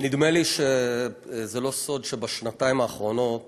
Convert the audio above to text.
נדמה לי שזה לא סוד שבשנתיים האחרונות